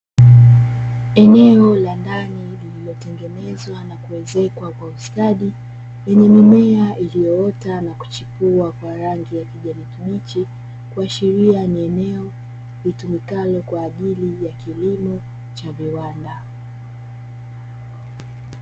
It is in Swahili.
Eneo la ndani lililotengenezwa na kuezekwa kwa ustadi, lenye mimea iliyootaa na kuchipua kwa rangi ya kijani kibichi, kuashiria ni eneo litumikalo kwa ajili ya kilimo cha viwanda.